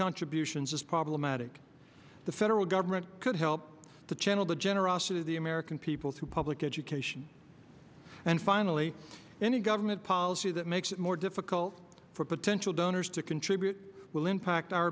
contributions is problematic the federal government could help to channel the generosity of the american people through public education and finally any government policy that makes it more difficult for potential donors to contribute will impact our